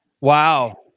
Wow